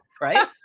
right